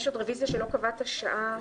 הרביזיה לא התקבלה.